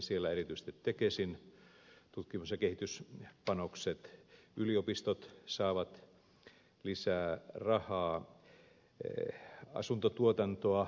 siellä erityisesti tekesin tutkimus ja kehityspanokset sekä yliopistot saavat lisää rahaa asuntotuotantoa aktivoidaan